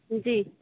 जी